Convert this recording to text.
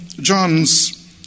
John's